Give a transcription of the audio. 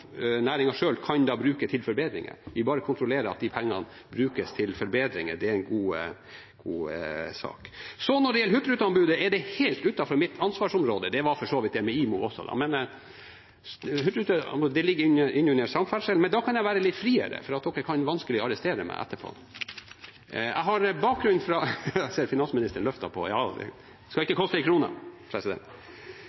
brukes til forbedringer. Det er en god sak. Når det gjelder hurtigrute-anbudet, er det helt utenfor mitt ansvarsområde. Det var for så vidt det med IMO også, det ligger under Samferdselsdepartementet. Men da kan jeg være litt friere, for dere kan vanskelig arrestere meg etterpå. Jeg ser at finansministeren ser på meg – det skal ikke koste en krone. Jeg har mange års erfaring med å jobbe med anbud når det gjelder samferdsel, primært fly. Jeg er helt enig i at det